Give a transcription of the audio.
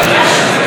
חבר הכנסת סמוטריץ,